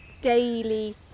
daily